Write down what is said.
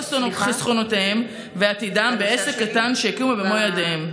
חסכונותיהם ועתידם בעסק קטן שהקימו במו ידיהם.